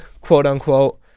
quote-unquote